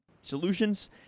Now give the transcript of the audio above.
solutions